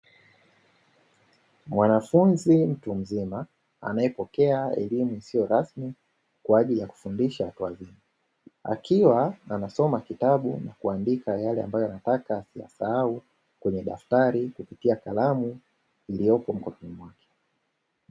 Mwanafunzi mtu mzima, anayepokea elimu isiyo rasmi kwa ajili ya kufundisha watu wazima, akiwa anasoma kitabu na kuandika yale ambayo anataka asiyasahau kwenye daftari kupitia kalamu iliyopo mkononi mwake.